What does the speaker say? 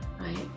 right